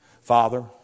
Father